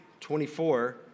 24